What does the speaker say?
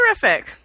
terrific